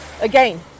again